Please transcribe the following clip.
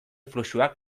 fluxuak